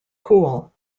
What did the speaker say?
cool